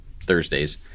Thursdays